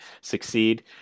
succeed